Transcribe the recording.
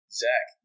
zach